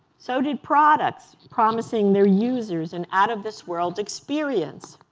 so did products promising their users an out of this world experience.